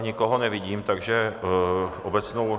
Nikoho nevidím, takže obecnou...